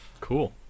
Cool